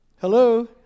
Hello